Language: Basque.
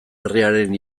herriaren